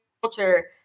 culture